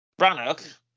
Brannock